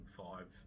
five